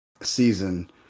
season